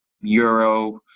euro